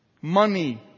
money